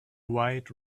wide